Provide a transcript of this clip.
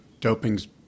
doping's